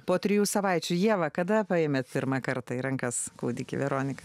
po trijų savaičių ieva kada paėmė pirmą kartą į rankas kūdikį veronika